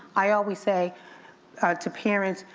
i always say to parents,